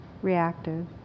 reactive